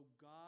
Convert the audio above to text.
God